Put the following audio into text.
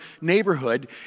neighborhood